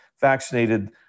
vaccinated